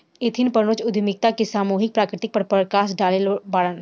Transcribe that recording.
Edith Penrose उद्यमिता के सामूहिक प्रकृति पर प्रकश डलले बाड़न